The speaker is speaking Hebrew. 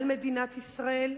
על מדינת ישראל.